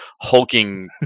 hulking